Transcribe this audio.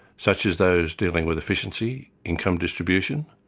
such as those dealing with efficiency, income distribution,